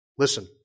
Listen